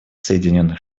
соединенных